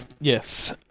Yes